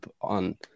on